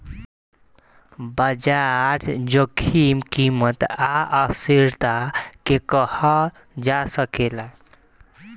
बाजार जोखिम कीमत आ अस्थिरता के कहल जा सकेला